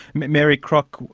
mary crock,